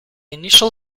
initial